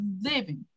living